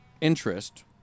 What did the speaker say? interest